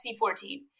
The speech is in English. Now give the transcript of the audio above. C14